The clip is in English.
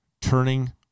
turning